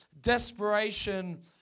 desperation